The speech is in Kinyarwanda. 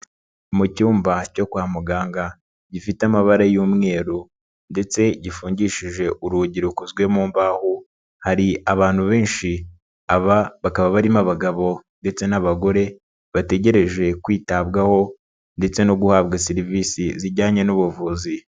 Mu cyumba cyo kwa muganga gifite amabara y'umweru ndetse gifungishije urugi rukozwe mu mbaho, hari abantu benshi aba bakaba barimo abagabo ndetse n'abagore, bategereje kwitabwaho ndetse no guhabwa serivisi zijyanye n'ubuvuzi.